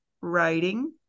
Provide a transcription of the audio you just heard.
writing